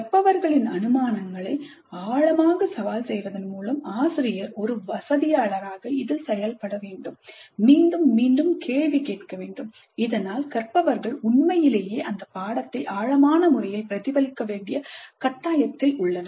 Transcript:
கற்பவர்களின் அனுமானங்களை ஆழமாக சவால் செய்வதன் மூலம் ஆசிரியர் ஒரு வசதியாளராக செயல்பட வேண்டும் மீண்டும் மீண்டும் கேள்வி கேட்க வேண்டும் இதனால் கற்பவர்கள் உண்மையிலேயே அந்த அனுபவத்தை ஆழமான முறையில் பிரதிபலிக்க வேண்டிய கட்டாயத்தில் உள்ளனர்